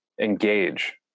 engage